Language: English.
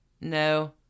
No